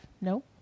no